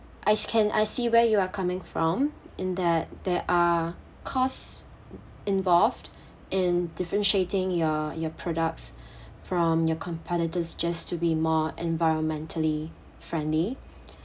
I s~ can I see where you are coming from in that there are costs involved in differentiating your your products from your competitors just to be more environmentally friendly